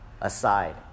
aside